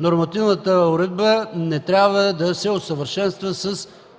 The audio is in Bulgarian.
Нормативната уредба не трябва да се усъвършенства с